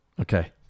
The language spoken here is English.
Okay